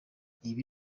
ibi